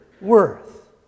worth